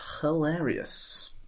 hilarious